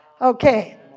Okay